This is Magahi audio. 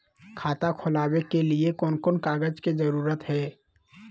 खाता खोलवे के लिए कौन कौन कागज के जरूरत है?